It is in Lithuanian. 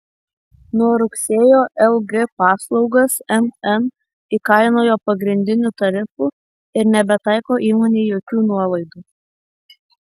nuo rugsėjo lg paslaugas mn įkainojo pagrindiniu tarifu ir nebetaiko įmonei jokių nuolaidų